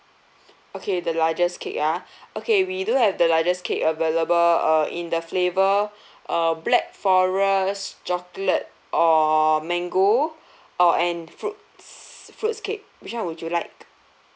okay the largest cake ah okay we do have the largest cake available uh in the flavour uh black forest chocolate or mango or and fruits fruits cake which one would you like